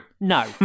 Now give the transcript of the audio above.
No